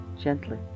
gently